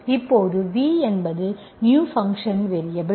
இப்போது V என்பது new function variable